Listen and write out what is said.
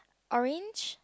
orange